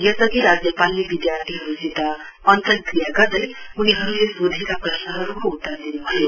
यसअघि राज्यपालले विधार्थीहरुसित अन्तक्रिया गर्दै उनीहरुले सोधेका प्रश्नहरुको उत्तर दिनुभयो